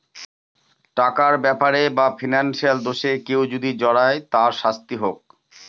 টাকার ব্যাপারে বা ফিনান্সিয়াল দোষে কেউ যদি জড়ায় তার শাস্তি হোক